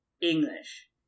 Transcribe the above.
English